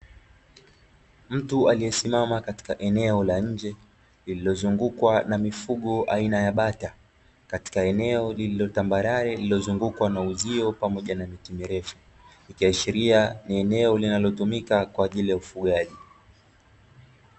Mtu aliyesimama katika eneo la nje lililozungukwa na mifugo aina ya bata katika eneo lililo tambarare lililozungukwa na uzio pamoja na miti mirefu, likiashiria ni eneo linalotumika kwa ajili ya ufugaji.